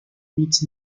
meets